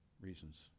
reasons